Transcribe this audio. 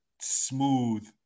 smooth